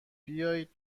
بیایید